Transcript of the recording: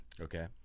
Okay